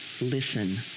listen